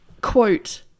Quote